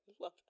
love